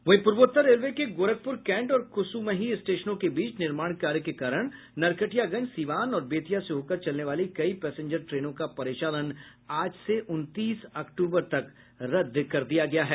वहीं पूर्वोत्तर रेलवे के गोरखपुर कैंट और कुसुमही स्टेशनों के बीच निर्माण कार्य के कारण नरकटियागंज सीवान और बेतिया से होकर चलने वाली कई पैंसेजर ट्रेनों का परिचालन आज से उनतीस अक्टूबर तक रद्द कर दिया गया है